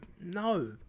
No